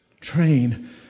Train